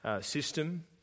system